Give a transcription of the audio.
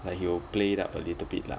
like he will play it up a little bit lah